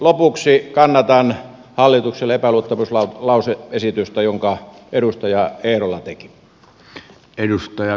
lopuksi kannatan hallitukselle epäluottamuslause esitystä jonka edustaja eerola teki